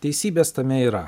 teisybės tame yra